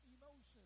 emotions